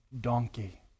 donkey